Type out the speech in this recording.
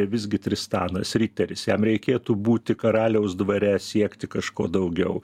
visgi tristanas riteris jam reikėtų būti karaliaus dvare siekti kažko daugiau